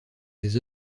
des